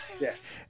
Yes